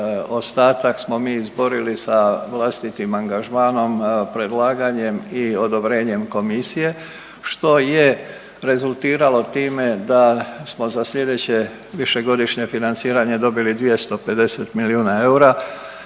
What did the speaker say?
ostatak smo mi izborili sa vlastitim angažmanom, predlaganjem i odobrenjem komisije što je rezultiralo time da smo za slijedeće višegodišnje financiranje dobili 250 milijuna eura.